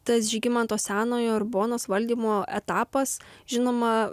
tas žygimanto senojo ar bonos valdymo etapas žinoma